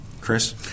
Chris